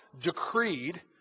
decreed